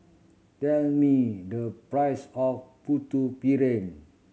tell me the price of Putu Piring